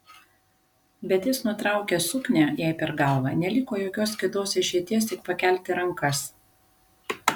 bet jis nutraukė suknią jai per galvą neliko jokios kitos išeities tik pakelti rankas